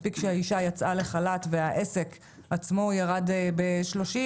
מספיק שהאישה יצאה לחל"ת והעסק עצמו ירד ב-39%